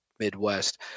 Midwest